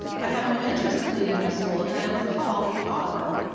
i have no interest in leaving my school and i am appalled at the offer.